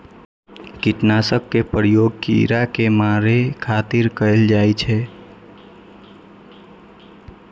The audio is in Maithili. कीटनाशक के प्रयोग कीड़ा कें मारै खातिर कैल जाइ छै